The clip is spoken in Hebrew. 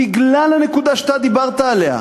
בגלל הנקודה שאתה דיברת עליה,